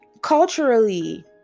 culturally